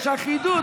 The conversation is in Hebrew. יש אחידות,